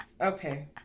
Okay